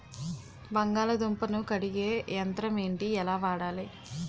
బంగాళదుంప ను కడిగే యంత్రం ఏంటి? ఎలా వాడాలి?